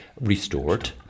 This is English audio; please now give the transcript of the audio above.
restored